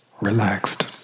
relaxed